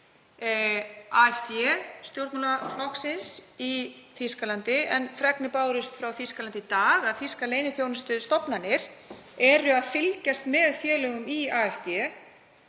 AFD-stjórnmálaflokksins í Þýskalandi, en fregnir bárust frá Þýskalandi í dag að þýskar leyniþjónustustofnanir eru að fylgjast með félögum í AFD